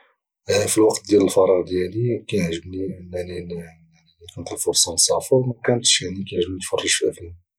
في الوقت ديال الفراغ ديالي كايعجبني الا كانت الفرصه نسافر الى ما كانتش يعني كايعجبني نتفرج في الافلام